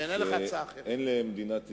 שאין למדינת ישראל,